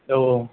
औ औ